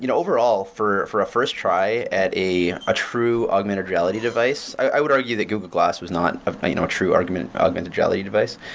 you know overall, for for a first try at a a true augmented reality device, i would argue that google glass was not a you know true augmented reality device.